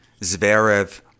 Zverev